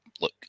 Look